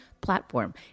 platform